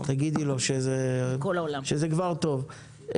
תגידי לו שזה כבר טוב.